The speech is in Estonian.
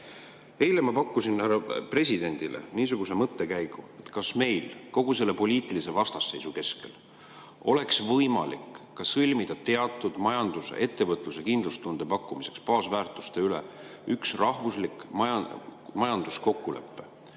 Eile ma pakkusin härra presidendile niisuguse mõttekäigu, kas meil kogu selle poliitilise vastasseisu keskel oleks võimalik sõlmida majandusele ja ettevõtlusele kindlustunde pakkumiseks teatud baasväärtuste mõttes üks rahvuslik majanduskokkulepe